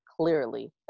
clearly